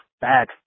bad